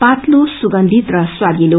पातलो सुगंधित र स्वादिलो